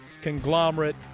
conglomerate